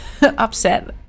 upset